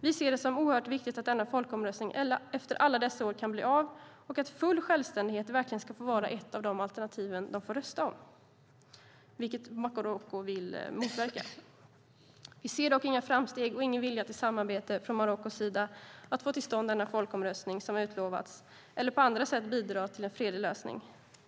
Vi ser det som oerhört viktigt att denna folkomröstning efter alla dessa år kan bli av och att full självständighet verkligen ska få vara ett av de alternativ de får rösta om, vilket Marocko vill motverka. Vi ser dock inga framsteg och ingen vilja till samarbete från Marockos sida att få till stånd denna folkomröstning som har utlovats eller på andra sätt bidra till en fredlig lösning.